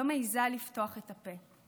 לא מעיזה לפתוח את הפה.